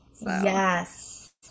yes